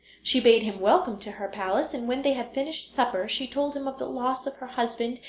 she bade him welcome to her palace, and when they had finished supper she told him of the loss of her husband,